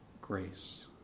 grace